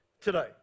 today